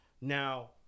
Now